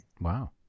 Wow